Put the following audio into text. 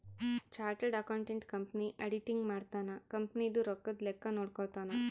chartered accountant company auditing ಮಾಡ್ತನ company ದು ರೊಕ್ಕದ ಲೆಕ್ಕ ನೋಡ್ಕೊತಾನ